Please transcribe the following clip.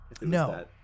no